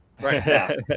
Right